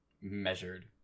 measured